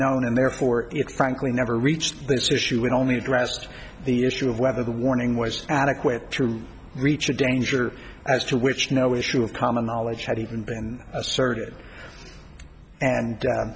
known and therefore frankly never reached this issue would only addressed the issue of whether the warning was adequate to reach a danger as to which no issue of common knowledge had even been asserted and